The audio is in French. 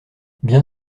bien